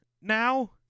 now